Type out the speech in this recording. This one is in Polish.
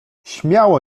śmiało